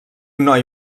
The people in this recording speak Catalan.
noi